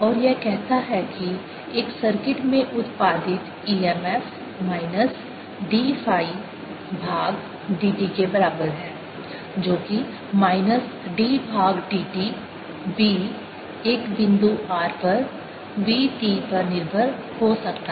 और यह कहता है कि एक सर्किट में उत्पादित EMF माइनस d फाई भाग dt के बराबर है जो कि माइनस d भाग dt B एक बिंदु r पर B t पर निर्भर हो सकता है डॉट ds